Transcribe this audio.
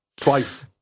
Twice